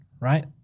right